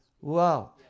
Wow